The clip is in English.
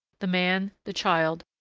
the man, the child,